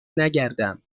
نگردم